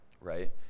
right